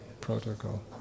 protocol